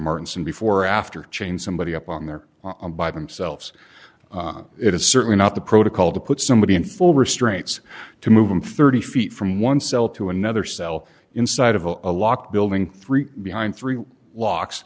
martin some before or after chain somebody up on there by themselves it is certainly not the protocol to put somebody in full restraints to move him thirty feet from one cell to another cell inside of a locked building three behind three locks